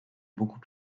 beaucoup